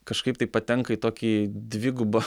kažkaip tai patenka į tokį dvigubą